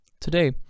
today